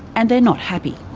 and they're not happy.